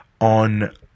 on